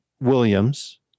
Williams